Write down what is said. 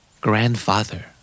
Grandfather